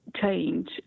change